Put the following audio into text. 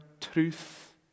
truth